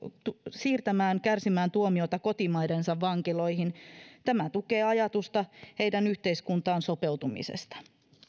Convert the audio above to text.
siirtämään kärsimään tuomiotaan kotimaidensa vankiloihin tämä tukee ajatusta heidän yhteiskuntaan sopeutumisestaan